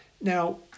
Now